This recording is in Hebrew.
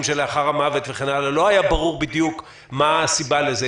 שלאחר המוות וכן הלאה בדיוק מה הסיבה לזה.